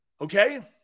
okay